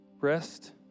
rest